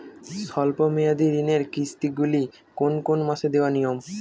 স্বল্প মেয়াদি ঋণের কিস্তি গুলি কোন কোন মাসে দেওয়া নিয়ম?